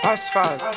Asphalt